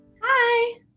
Hi